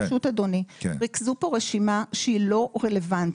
ריכזו פה רשימה שהיא לא רלוונטית,